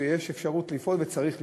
ויש אפשרות לפעול וצריך לפעול,